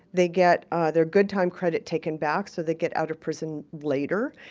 they get ah their good time credit taken back, so they get out of prison later,